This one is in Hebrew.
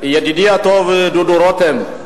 ידידי הטוב דודו רותם,